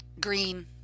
Green